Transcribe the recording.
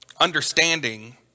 Understanding